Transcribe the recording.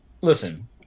listen